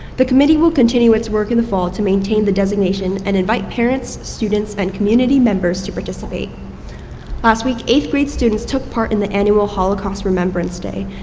the committee will continue its work in the fall to maintain the designation and invite parents, students and community members to participate last week eighth grade students took part in the annual holocaust remembrance day.